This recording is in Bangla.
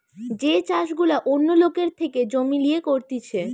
যে চাষ গুলা অন্য লোকের থেকে জমি লিয়ে করতিছে